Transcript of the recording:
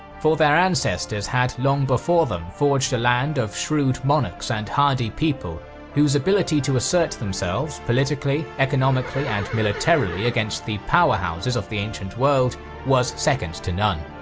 for their ancestors had long before them forged a land of shrewd monarchs and hardy people whose ability to assert themselves politically, economically and militarily against the powerhouses of the ancient world was second to none.